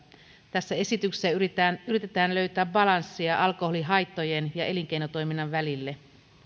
tässä esityksessä yritetään yritetään löytää balanssia alkoholihaittojen ja elinkeinotoiminnan välille